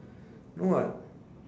no what